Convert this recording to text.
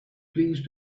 please